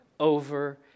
Over